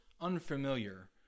unfamiliar